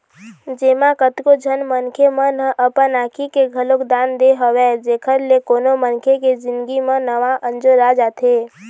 जेमा कतको झन मनखे मन ह अपन आँखी के घलोक दान दे हवय जेखर ले कोनो मनखे के जिनगी म नवा अंजोर आ जाथे